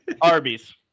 Arby's